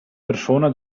persona